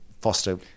foster